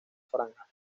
franja